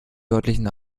deutlichen